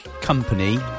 company